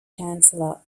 chancellor